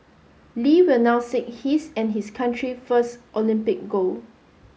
Lee will now seek his and his country first Olympic gold